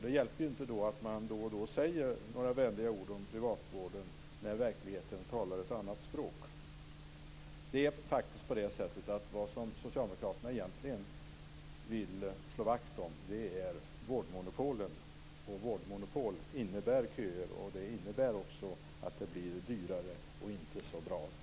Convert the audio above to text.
Det hjälper inte att man då och då säger några vänliga ord om privatvården när verkligheten talar ett annat språk. Det Socialdemokraterna egentligen vill slå vakt om är vårdmonopolen, och vårdmonopol innebär köer. Det innebär också att det blir dyrare och inte så bra vård.